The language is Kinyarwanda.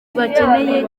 bibakeneye